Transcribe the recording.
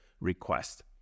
request